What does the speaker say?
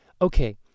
Okay